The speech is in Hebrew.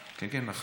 כן, כן, כן.